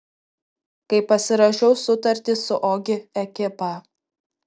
kai pasirašiau sutartį su ogi ekipa